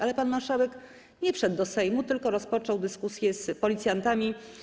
Ale pan marszałek nie wszedł do Sejmu, tylko rozpoczął dyskusję, rozmowę z policjantami.